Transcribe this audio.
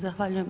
Zahvaljujem.